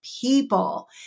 people